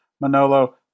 Manolo